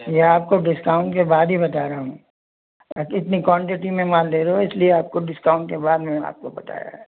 ये आपको discount discount के बाद ही बता रहा हूँ इतनी क्वांटिटी में माल ले रहे हो इसलिए आपको डिस्काउंट के बाद में आपको बताया है